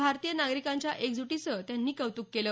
भारतीय नागरिकांच्या एकजूटीचं त्यांनी कौतुक केलं